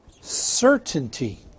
certainty